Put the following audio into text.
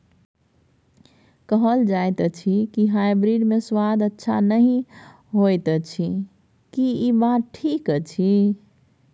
कहल जायत अछि की हाइब्रिड मे स्वाद अच्छा नही होयत अछि, की इ बात ठीक अछि?